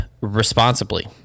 responsibly